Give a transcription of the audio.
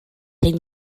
ein